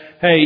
hey